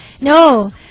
No